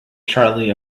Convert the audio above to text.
charlie